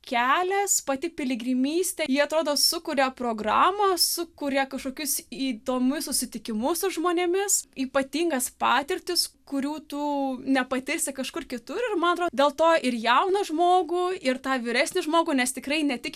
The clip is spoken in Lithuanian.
kelias pati piligrimystė ji atrodo sukuria programą sukuria kažkokius įdomius susitikimus su žmonėmis ypatingas patirtis kurių tu nepatirsi kažkur kitur ir man atrodo dėl to ir jauną žmogų ir tą vyresnį žmogų nes tikrai ne tik